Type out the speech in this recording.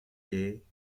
day